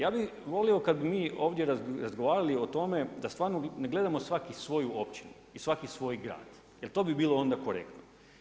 Ja bi volio kada bi mi ovdje razgovarali o tome da stvarno ne gledamo svaki svoju općinu i svaki svoj grad jel to bi bilo onda korektno.